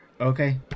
okay